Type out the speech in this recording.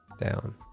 down